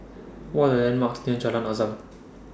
What Are The landmarks near Jalan Azam